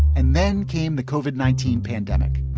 and then came the koven nineteen pandemic.